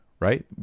Right